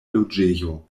loĝejo